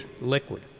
Liquid